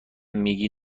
میگی